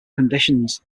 conditions